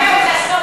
אנחנו בעד.